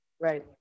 right